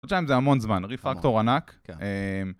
חודשיים זה המון זמן. רפאקטור ענק